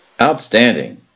Outstanding